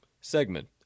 segment